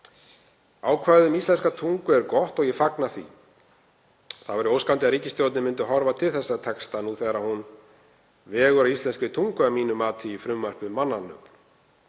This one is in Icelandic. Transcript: Ákvæði um íslenska tungu er gott og ég fagna því. Það væri óskandi að ríkisstjórnin myndi horfa til þessa texta núna þegar hún vegur að íslenskri tungu að mínu mati í frumvarpi um mannanöfn.